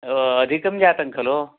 ओ अधिकं जातं खलु